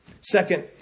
Second